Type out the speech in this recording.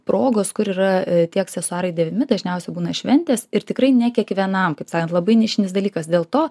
progos kur yra tie aksesuarai dėvimi dažniausiai būna šventės ir tikrai ne kiekvienam kaip sakant labai nišinis dalykas dėl to